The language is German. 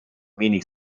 wenig